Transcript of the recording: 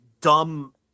dumb